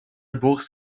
بغض